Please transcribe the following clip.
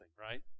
right